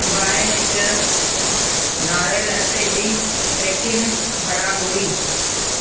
बाइ nature नारेलु अटे जी पैकिन ख़राबु हुई